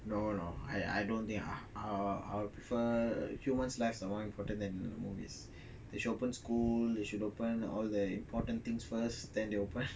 no no I I don't think I I will prefer human lives are more important than the movies they should open school they should open all the important things first then they open